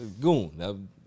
goon